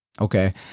Okay